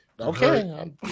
Okay